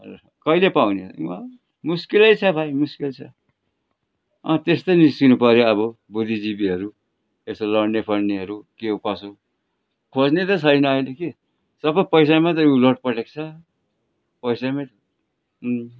कहिले पाउनु मुस्किलै छ भाइ मुस्किल छ अँ त्यस्तै निस्किनु पर्यो अब बुद्धिजीवीहरू यस्तो लड्ने फड्नेहरू के हो कसो खोज्ने त छैन अहिले के सबै पैसामा मात्रै उ लट्ठ परेको छ पैसामै